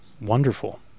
wonderful